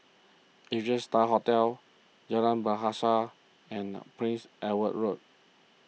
Asia Star Hotel Jalan Bahasa and Prince Edward Road